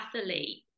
athlete